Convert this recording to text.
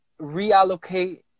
reallocate